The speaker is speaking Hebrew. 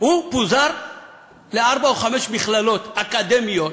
הוא פוזר לארבע או חמש מכללות אקדמיות.